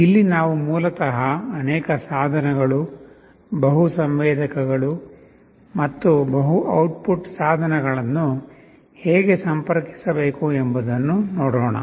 ಇಲ್ಲಿ ನಾವು ಮೂಲತಃ ಅನೇಕ ಸಾಧನಗಳು ಬಹು ಸಂವೇದಕಗಳು ಮತ್ತು ಬಹು ಔಟ್ಪುಟ್ ಸಾಧನಗಳನ್ನು ಹೇಗೆ ಸಂಪರ್ಕಿಸಬೇಕು ಎಂಬುದನ್ನು ನೋಡೋಣ